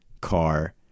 car